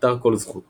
באתר כל זכות